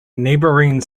neighbouring